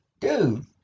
dude